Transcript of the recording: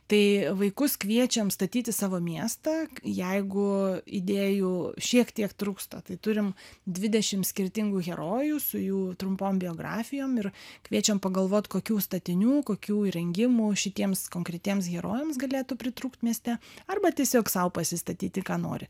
tai vaikus kviečiam statyti savo miestą jeigu idėjų šiek tiek trūksta tai turim dvidešimt skirtingų herojų su jų trumpom biografijom ir kviečiam pagalvot kokių statinių kokių įrengimų šitiems konkretiems herojams galėtų pritrūkt mieste arba tiesiog sau pasistatyti ką nori